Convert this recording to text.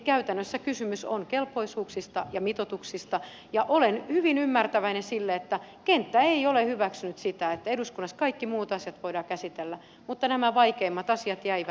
käytännössä kysymys on kelpoisuuksista ja mitoituksista ja olen hyvin ymmärtäväinen sille että kenttä ei ole hyväksynyt sitä että eduskunnassa kaikki muut asiat voidaan käsitellä mutta nämä vaikeimmat asiat jäivät